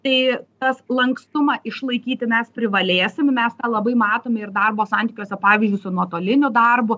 tai tas lankstumą išlaikyti mes privalėsim mes tą labai matome ir darbo santykiuose pavyzdžiui su nuotoliniu darbu